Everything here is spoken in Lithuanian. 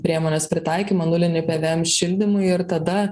priemonės pritaikymą nulinį pvm šildymui ir tada